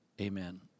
Amen